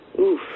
Oof